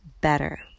better